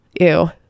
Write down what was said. Ew